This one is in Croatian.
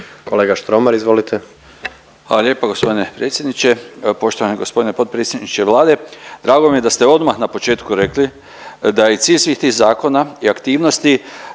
Predrag (HNS)** Hvala lijepo gospodine predsjedniče. Poštovani gospodine potpredsjedniče Vlade, drago mi je da ste odmah na početku rekli da je cilj svih tih zakona i aktivnosti